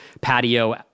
patio